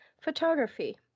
Photography